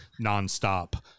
nonstop